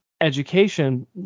education